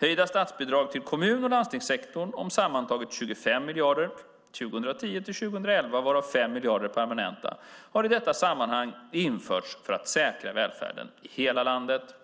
Höjda statsbidrag till kommun och landstingssektorn om sammantaget 25 miljarder 2010-2011, varav 5 miljarder är permanenta, har i detta sammanhang införts för att säkra välfärden i hela landet.